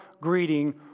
greeting